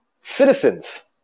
citizens